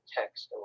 text